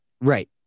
Right